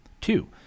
Two